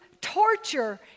torture